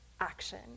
action